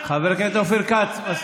חבר הכנסת אופיר כץ.